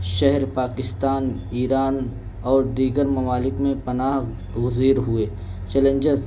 شہر پاکستان ایران اور دیگر ممالک میں پناہ گزین ہوئے چیلنجز